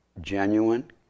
genuine